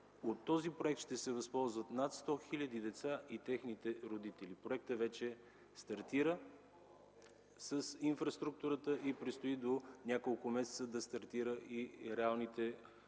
От този проект ще се възползват над 100 хил. деца и техните родители. Проектът вече стартира с инфраструктурата и предстои до няколко месеца да стартират реалните социални